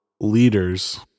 leaders